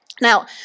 Now